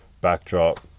backdrop